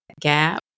gap